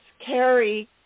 carry